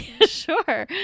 sure